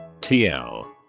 TL